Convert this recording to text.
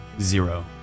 Zero